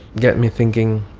get me thinking,